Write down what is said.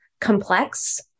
complex